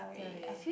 Jia-wei